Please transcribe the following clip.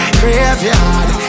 graveyard